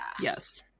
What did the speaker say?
Yes